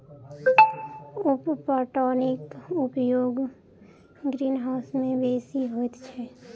उप पटौनीक उपयोग ग्रीनहाउस मे बेसी होइत अछि